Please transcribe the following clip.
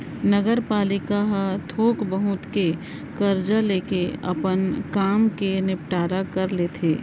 नगरपालिका ह थोक बहुत के करजा लेके अपन काम के निंपटारा कर लेथे